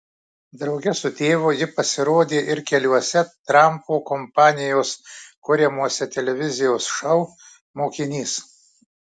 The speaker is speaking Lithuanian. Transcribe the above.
drauge su tėvu ji pasirodė ir keliuose trampo kompanijos kuriamuose televizijos šou mokinys